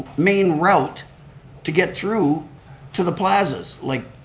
main route to get through to the plazas. like,